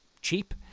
cheap